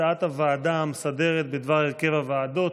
הוועדה המסדרת בדבר הרכב הוועדות.